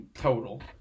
total